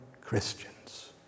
Christians